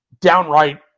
downright